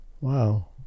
wow